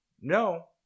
No